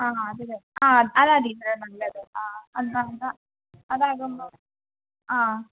ആ അത് തന്നെ ആ അതാ ടീച്ചറെ നല്ലത് ആ അതാകുമ്പം അതാകുമ്പം ആ